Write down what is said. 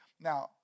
Now